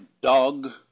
dog